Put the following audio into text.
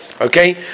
Okay